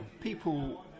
people